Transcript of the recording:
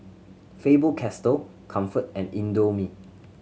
Faber Castell Comfort and Indomie